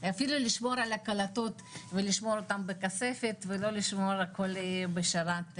אפילו לשמור על הקלטות ולשמור אותן בכספת ולא לשמור הכל בשרת ממוחשב.